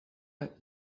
met